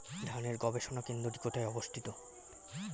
ধানের গবষণা কেন্দ্রটি কোথায় অবস্থিত?